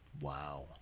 Wow